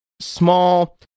small